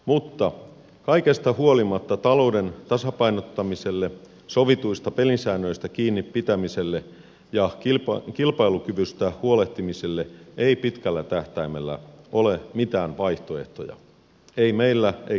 mutta kaikesta huolimatta talouden tasapainottamiselle sovituista pelisäännöistä kiinni pitämiselle ja kilpailukyvystä huolehtimiselle ei pitkällä tähtäimellä ole mitään vaihtoehtoja ei meillä eikä muualla